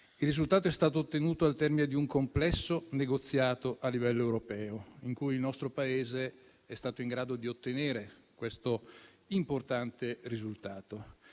Il risultato è stato ottenuto al termine di un complesso negoziato a livello europeo, in cui il nostro Paese è stato in grado di ottenere questo importante risultato.